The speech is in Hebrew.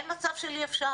אין מצב של אי אפשר.